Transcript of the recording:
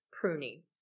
pruning